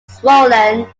swollen